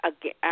Again